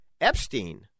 Epstein